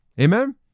Amen